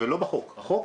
האם